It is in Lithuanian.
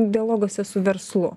dialoguose su verslu